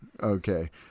Okay